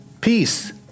Peace